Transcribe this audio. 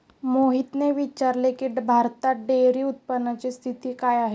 मोहितने विचारले की, भारतात डेअरी उत्पादनाची स्थिती काय आहे?